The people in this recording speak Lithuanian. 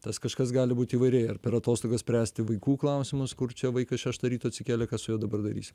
tas kažkas gali būti įvairiai ar per atostogas spręsti vaikų klausimus kur čia vaikas šeštą ryto atsikėlė su juo dabar darys